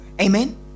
Amen